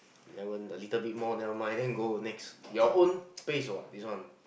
eleven a little bit more never mind then go next your own pace what this one